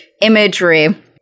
imagery